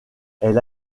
elle